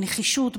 בנחישות,